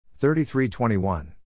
33-21